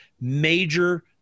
major